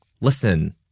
listen